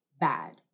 bad